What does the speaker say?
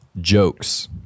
jokes